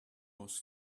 was